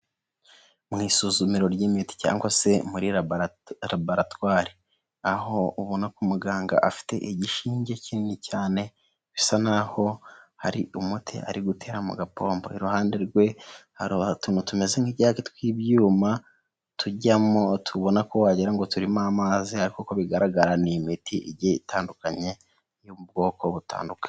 Mu isuzumiro ry'imiti cyangwa se muri labora laboratwari , aho ubona ko umuganga afite igishinge kinini cyane bisa nk'aho hari umuti ari gutera mu gapompo , iruhande rwe hari utuntu tumeze nk'ijyaga tw'ibyuma tujyamo tubona ko wagira ngo turimo amazi, ariko uko bigaragara n'imiti igiye itandukanye, n'ubupompo butandukanye.